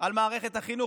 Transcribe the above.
על מערכת החינוך,